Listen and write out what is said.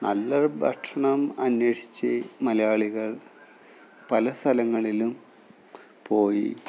നല്ല ഭക്ഷണം അന്വേഷിച്ച് മലയാളികൾ പല സ്ഥലങ്ങളിലും പോയി